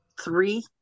three